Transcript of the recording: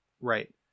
Right